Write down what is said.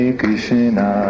Krishna